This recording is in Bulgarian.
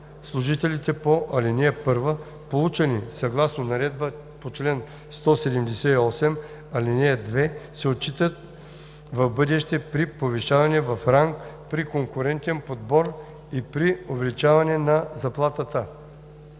служителите по ал. 1, получени съгласно наредбата по чл. 178, ал. 2, се отчитат в бъдеще при повишаване в ранг, при конкурентен подбор и при увеличаване на заплатата.“